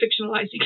fictionalizing